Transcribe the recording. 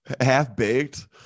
Half-baked